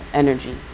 energy